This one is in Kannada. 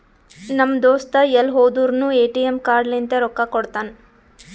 ನಮ್ ದೋಸ್ತ ಎಲ್ ಹೋದುರ್ನು ಎ.ಟಿ.ಎಮ್ ಕಾರ್ಡ್ ಲಿಂತೆ ರೊಕ್ಕಾ ಕೊಡ್ತಾನ್